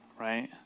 right